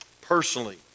personally